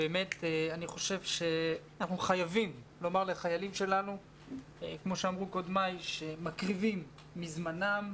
אנחנו חייבים לומר לחיילים שלנו שמקריבים מזמנם,